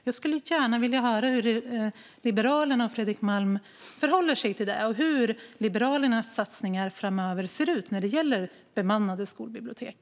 Jag skulle gärna vilja höra hur Liberalerna och Fredrik Malm förhåller sig till frågan och hur Liberalernas satsningar framöver ser ut när det gäller bemannade skolbibliotek.